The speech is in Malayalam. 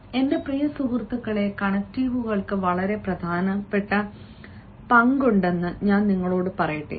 എന്റെ പ്രിയ സുഹൃത്തുക്കളേ കണക്റ്റീവുകൾക്ക് വളരെ പ്രധാനപ്പെട്ട പങ്കുണ്ടെന്ന് ഞാൻ നിങ്ങളോട് പറയട്ടെ